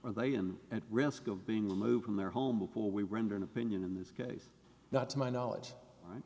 are they i'm at risk of being removed from their home before we render an opinion in this case not to my knowledge